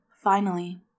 finally